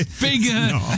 Bigger